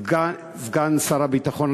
סגן שר הביטחון,